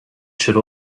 should